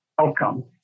outcome